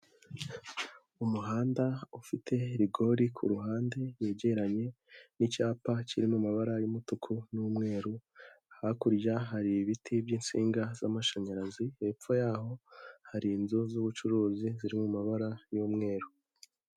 Umuhanda ufite rigori ku ruhande wegeranye n'icyapa kirimo amabara y'umutuku n'umweru, hakurya hari ibiti by'insinga z'amashanyarazi, hepfo yaho hari inzu z'ubucuruzi ziri mu mabara y'umweru.